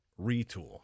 retool